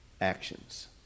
actions